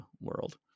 world